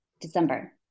December